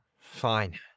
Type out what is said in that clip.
Fine